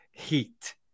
Heat